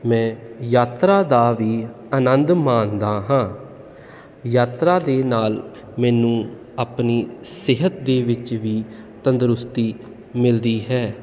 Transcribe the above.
ਮੈਂ ਯਾਤਰਾ ਦਾ ਵੀ ਆਨੰਦ ਮਾਣਦਾ ਹਾਂ ਯਾਤਰਾ ਦੇ ਨਾਲ ਮੈਨੂੰ ਆਪਣੀ ਸਿਹਤ ਦੇ ਵਿੱਚ ਵੀ ਤੰਦਰੁਸਤੀ ਮਿਲਦੀ ਹੈ